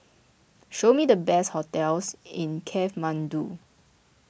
show me the best hotels in Kathmandu